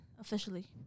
officially